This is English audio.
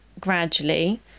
gradually